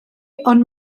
ond